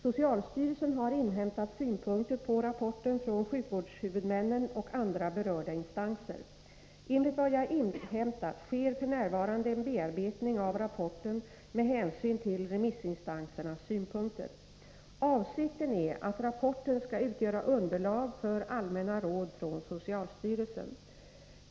Socialstyrelsen har inhämtat synpunkter på rapporten från sjukvårdshuvudmännen och andra berörda instanser. Enligt vad jag har inhämtat sker f. n. en bearbetning av rapporten med hänsyn till remissinstansernas synpunkter. Avsikten är att rapporten skall utgöra underlag för allmänna råd från socialstyrelsen.